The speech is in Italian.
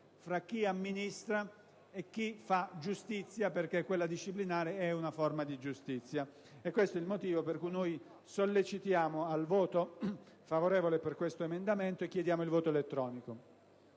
chi amministra e chi fa giustizia: perché quella disciplinare è una forma di giustizia. Questo è il motivo per cui noi sollecitiamo al voto favorevole su questo emendamento, e chiediamo la votazione